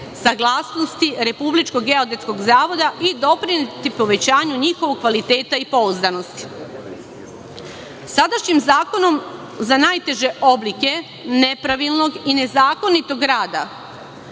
saglasnosti Republičkog geodetskog zavoda i doprineti povećanju njihovog kvaliteta i pouzdanosti. Sadašnjim zakonom za najteže oblike nepravilnog i nezakonitog rada